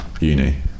uni